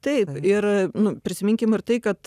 taip ir nu prisiminkim ir tai kad